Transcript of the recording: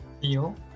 Feel